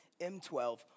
M12